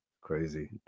crazy